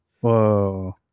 Whoa